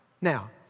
Now